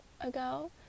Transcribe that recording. ago